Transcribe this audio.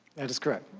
that's correct.